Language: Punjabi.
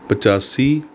ਪਚਾਸੀ